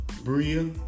Bria